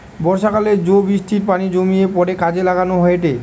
বর্ষাকালে জো বৃষ্টির পানি জমিয়ে পরে কাজে লাগানো হয়েটে